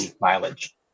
mileage